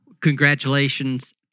Congratulations